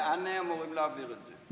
לאן אמורים להעביר את זה?